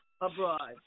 abroad